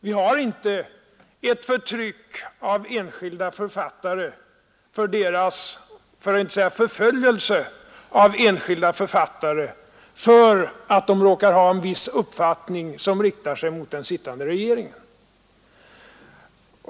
Vi utövar inte förtryck och ännu mindre förföljelse av enskilda författare för att de råkar ha en viss uppfattning som inte överensstämmer med den sittande regeringens.